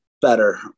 better